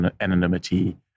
anonymity